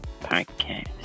Podcast